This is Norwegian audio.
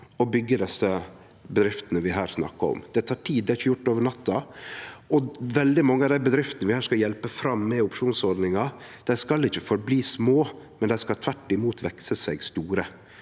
å byggje dei bedriftene vi her snakkar om. Det tek tid – det er ikkje gjort over natta. Veldig mange av dei bedriftene vi her skal hjelpe fram med opsjonsordningar, skal ikkje bli verande små, dei skal tvert imot vekse seg store.